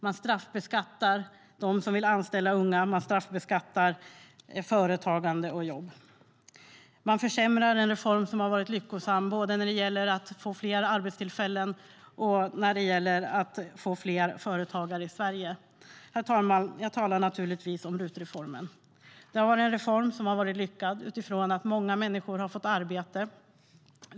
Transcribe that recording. Man straffbeskattar dem som vill anställa unga, och man straffbeskattar företagande och jobb. Man försämrar en reform som varit lyckosam när det gäller både att få fler arbetstillfällen och att få fler företagare i Sverige. Jag talar naturligtvis om RUT-reformen, herr talman. Reformen har varit lyckad utifrån att många människor har fått arbete.